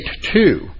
two